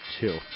two